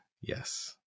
Yes